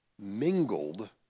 mingled